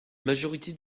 majorité